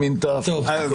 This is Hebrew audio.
היא מינתה הפוך.